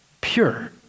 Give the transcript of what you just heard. pure